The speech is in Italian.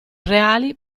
reali